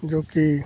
जो कि